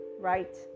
right